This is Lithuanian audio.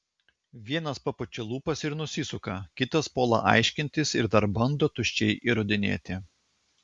vienas papučia lūpas ir nusisuka kitas puola aiškintis ir dar bando tuščiai įrodinėti